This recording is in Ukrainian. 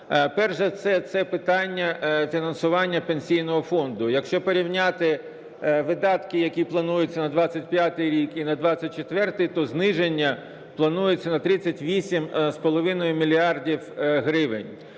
Перш за все це питання фінансування Пенсійного фонду. Якщо порівняти видатки, які плануються на 2025 рік і на 2024-й, то зниження планується на 38,5 мільярда